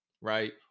right